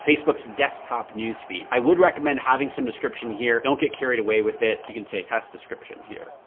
facebook desktop news feed. i would recommend having some description here, don't get carried away with it, you can say test description here.